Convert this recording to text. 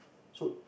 so